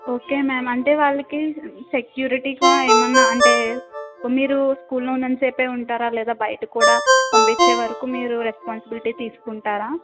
okay ma'am అంటే వాళ్ళకి సెక్యూరిటీగా ఏమన్నా అంటే మీరు స్కూల్లో ఉన్నంతసేపే ఉంటారా లేదా బయట కూడా పంపించే వరకు మీరు రెస్పాన్సిబిలిటీ తీసుకుంటారా